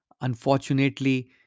unfortunately